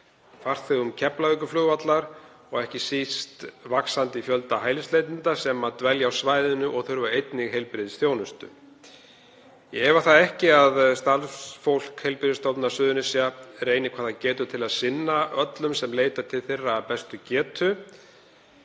farþegum Keflavíkurflugvallar og ekki síst vaxandi fjölda hælisleitenda sem dvelja á svæðinu og þurfa einnig heilbrigðisþjónustu. Ég efa það ekki að starfsfólk Heilbrigðisstofnunar Suðurnesja reyni hvað það getur til að sinna öllum sem leita til þeirra af bestu getu.